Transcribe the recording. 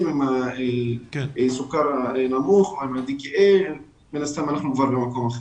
עם סוכר נמוך ואז אנחנו כבר במקום אחר.